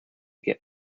get